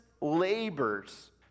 labors